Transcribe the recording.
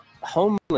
homeless